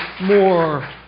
more